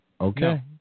Okay